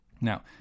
Now